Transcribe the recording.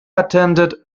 attended